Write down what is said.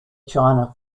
china